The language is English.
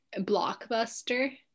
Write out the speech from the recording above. Blockbuster